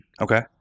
Okay